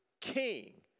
king